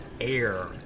air